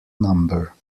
number